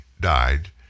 died